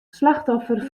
slachtoffer